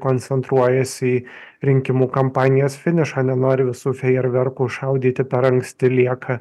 koncentruojasi į rinkimų kampanijos finišą nenori visų fejerverkų šaudyti per anksti lieka